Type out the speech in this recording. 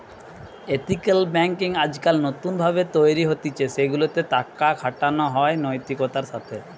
ethical banking আজকাল নতুন ভাবে তৈরী হতিছে সেগুলা তে টাকা খাটানো হয় নৈতিকতার সাথে